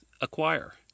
acquire